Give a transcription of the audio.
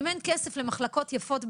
אם אין כסף למחלקות יפות,